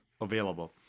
available